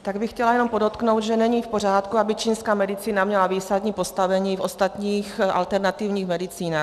Tak bych chtěla jenom podotknout, že není v pořádku, aby čínská medicína měla výsadní postavení v ostatních alternativních medicínách.